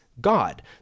God